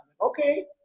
okay